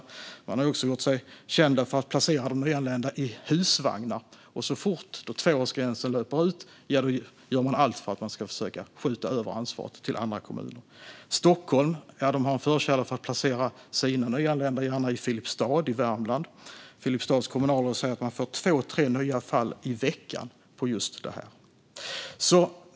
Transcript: Kommunen har också gjort sig känd för att placera nyanlända i husvagnar, och så fort tvåårsgränsen löper ut gör man allt för att skjuta över ansvaret till andra kommuner. Stockholm har en förkärlek för att placera sina nyanlända bland annat i Filipstad i Värmland. Filipstads kommunalråd säger att man får två tre nya fall i veckan.